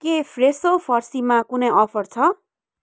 के फ्रेसो फर्सीमा कुनै अफर छ